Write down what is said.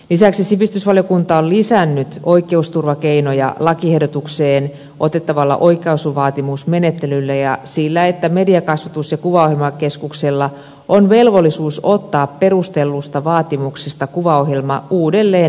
lisäksi sivistysvaliokunta on lisännyt oikeusturvakeinoja lakiehdotukseen otettavalla oikaisuvaatimusmenettelyllä ja sillä että mediakasvatus ja kuvaohjelmakeskuksella on velvollisuus ottaa perustellusta vaatimuksesta kuvaohjelma uudelleen luokiteltavaksi